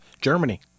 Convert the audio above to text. Germany